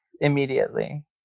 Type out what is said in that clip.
immediately